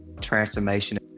transformation